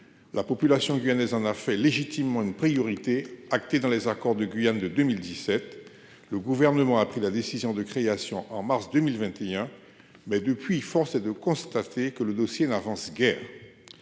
La population guyanaise en a fait légitimement une priorité acté dans les accords de Guyane de 2017. Le gouvernement a pris la décision de création en mars 2021 mais depuis, force est de constater que le dossier n'avance guère.